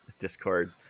discord